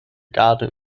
garde